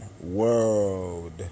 World